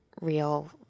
real